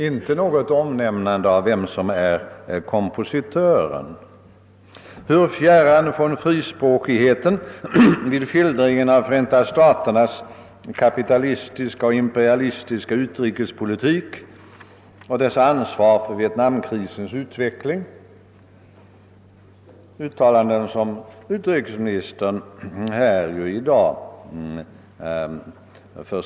Det nämnes inte vem kompositören var. Hur fjärran ligger inte detta från frispråkigheten i skildringen av Förenta staternas kapitalistiska-imperialistiska utrikespolitik och USA:s ansvar för Vietnamkrisens utveckling, uttalanden som utrikesministern försvarat här i dag.